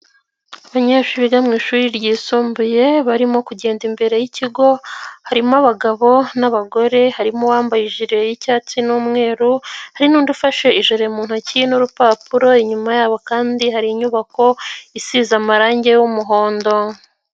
Abanyeshuri biga mu ishuri ryisumbuye barimo kugenda imbere y'ikigo, harimo abagabo n'abagore harimo uwambaye iji y'icyatsi n'umweru hari n'undifashe ijoro mu ntoki n'urupapuro inyuma yabo kandi hari inyubako isize amarangi y'umuhondo.